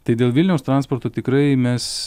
tai dėl vilniaus transporto tikrai mes